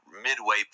midway